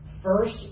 First